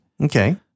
Okay